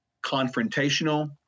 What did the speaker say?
confrontational